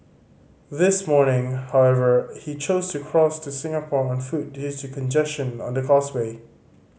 this morning however he chose to cross to Singapore on foot due to congestion on the causeway